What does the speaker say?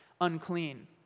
unclean